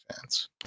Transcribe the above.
fans